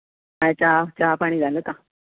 काय चहा चहा पाणी झालं का